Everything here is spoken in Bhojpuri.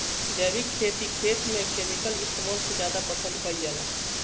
जैविक खेती खेत में केमिकल इस्तेमाल से ज्यादा पसंद कईल जाला